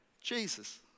Jesus